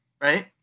right